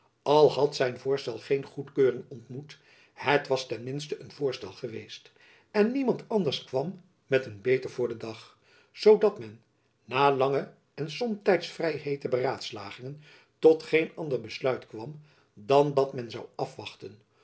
al had zijn voorstel geen goedkeuring ontmoet het was ten minsten een voorstel geweest en niemand anders kwam met een beter voor den dag zoodat men na lange en somtijds vrij heete beraadslagingen tot geen ander besluit kwam dan dat men zoû afwachten